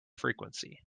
frequency